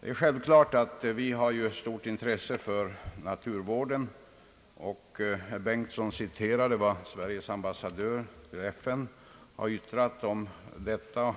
Det är självklart att vi har ett stort intresse för naturvård, och herr Bengtson citerade vad Sveriges ambassadör i FN yttrat om detta